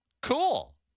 cool